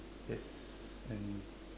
yes and